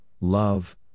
love